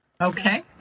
Okay